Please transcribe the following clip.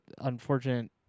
unfortunate –